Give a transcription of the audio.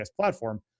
platform